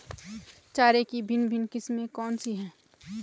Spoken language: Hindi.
चारे की भिन्न भिन्न किस्में कौन सी हैं?